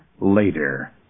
later